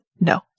no